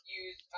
use